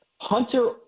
Hunter